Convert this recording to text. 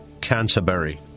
Canterbury